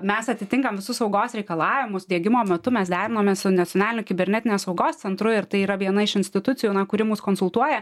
mes atitinkam visus saugos reikalavimus diegimo metu mes derinamės su nacionaliniu kibernetinės saugos centru ir tai yra viena iš institucijų kuri mus konsultuoja